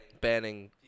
banning